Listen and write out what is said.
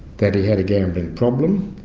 that he had a gambling problem,